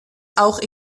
auch